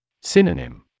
Synonym